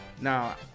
Now